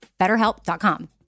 BetterHelp.com